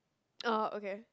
orh okay